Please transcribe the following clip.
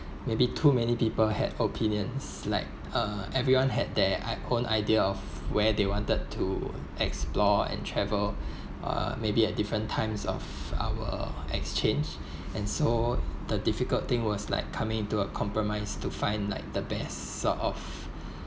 maybe too many people had opinions like uh everyone had their i~ own idea of where they wanted to explore and travel uh maybe at different times of our exchange and so the difficult thing was like coming into a compromise to find like the best sort of